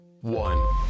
one